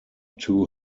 two